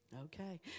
Okay